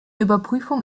überprüfung